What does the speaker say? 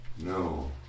No